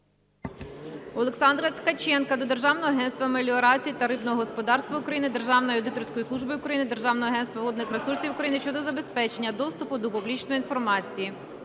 Олександра Ткаченка до Державного агентства меліорації та рибного господарства України, Державної аудиторської служби України, Державного агентства водних ресурсів України щодо забезпечення доступу до публічної інформації.